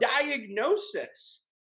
diagnosis